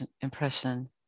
impression